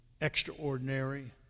extraordinary